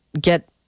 get